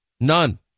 none